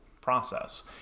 process